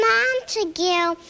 Montague